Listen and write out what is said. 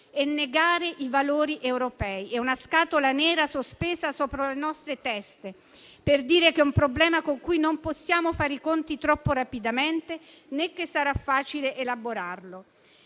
è negare i valori europei. È una scatola nera sospesa sopra le nostre teste, per dire che è un problema con cui non possiamo fare i conti troppo rapidamente, né che sarà facile elaborarlo».